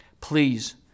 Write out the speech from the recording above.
Please